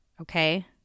okay